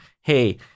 hey